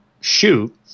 shoot